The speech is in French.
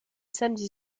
samedi